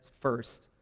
first